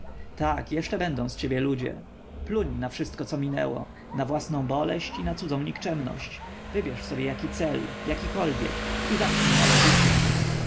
tak jeszcze będą z ciebie ludzie pluń na wszystko co minęło na własną boleść i na cudzą nikczemność wybierz sobie jaki cel jakikolwiek i zacznij